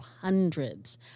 hundreds